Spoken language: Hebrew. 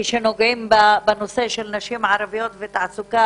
כשנוגעים בנושא של נשים ערביות ותעסוקה,